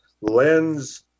Len's